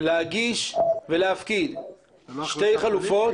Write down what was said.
להגיש ולהפקיד שתי חלופות,